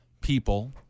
people